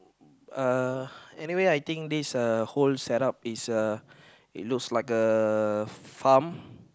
uh anyway I think this whole setup is a it looks like a farm